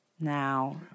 Now